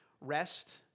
Rest